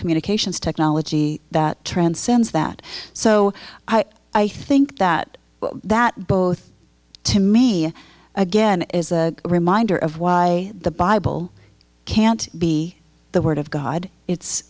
communications technology that transcends that so i think that that both timea again is a reminder of why the bible can't be the word of god it's